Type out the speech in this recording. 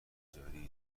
تجاری